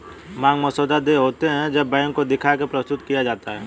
मांग मसौदा देय होते हैं जब बैंक को दिखा के प्रस्तुत किया जाता है